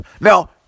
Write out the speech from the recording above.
Now